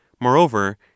Moreover